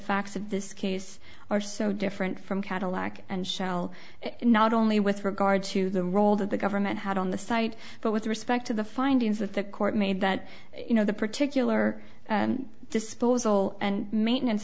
facts of this case are so different from cadillac and shell not only with regard to the role that the government had on the site but with respect to the findings that the court made that you know the particular and disposal and maintenance